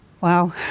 Wow